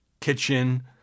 kitchen